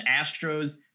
Astros